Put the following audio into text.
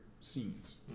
scenes